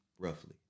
Roughly